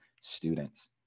students